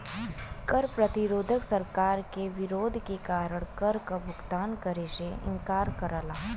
कर प्रतिरोध सरकार के विरोध के कारण कर क भुगतान करे से इंकार करला